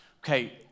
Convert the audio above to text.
okay